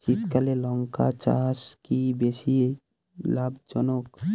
শীতকালে লঙ্কা চাষ কি বেশী লাভজনক?